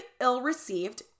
ill-received